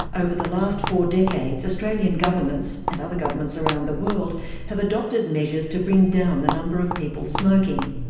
over the last four decades australian governments and other governments around the world have adopted measures to bring down the number of people smoking.